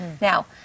Now